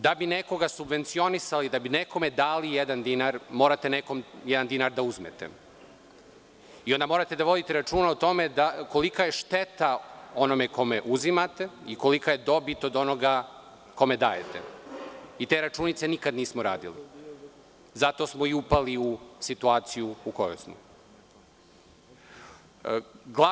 Da bi nekog subvencionisali, da bi nekome dali jedan dinar, morate nekom dinar da uzmete i onda morate da vodite računa o tome kolika je šteta onome kome uzimate i kolika je dobit od onoga kome dajete i te računice nikada nismo radili i zato smo upali u situaciju u kojoj smo.